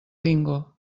bingo